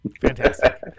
Fantastic